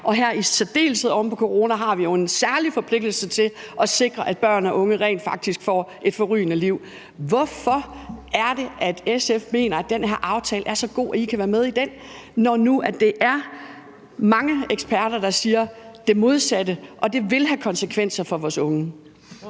Og i særdeleshed her oven på corona har vi jo en særlig forpligtelse til at sikre, at børn og unge rent faktisk får et forrygende liv. Hvorfor er det, at SF mener, at den her aftale er så god, at man kan være med i den, når nu der er mange eksperter, der siger det modsatte, og at det vil have konsekvenser for vores unge?